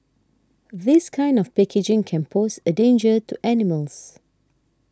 this kind of packaging can pose a danger to animals